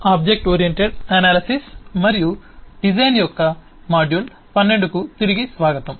object oriented analysis మరియు design యొక్క module 12 కు తిరిగి స్వాగతం